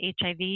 HIV